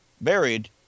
buried